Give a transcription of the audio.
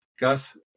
Gus